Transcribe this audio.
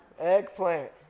Eggplant